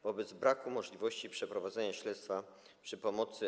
Wobec braku możliwości przeprowadzenia śledztwa przy pomocy